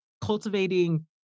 cultivating